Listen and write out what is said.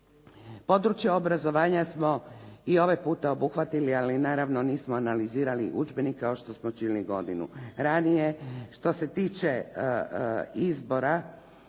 Područje obrazovanja smo i ovaj puta obuhvatili, ali naravno nismo analizirali udžbenike kao što smo činili godinu ranije. Što se tiče izbora,